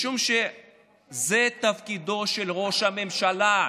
משום שזה תפקידו של ראש הממשלה.